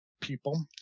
people